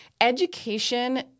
Education